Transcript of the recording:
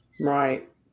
Right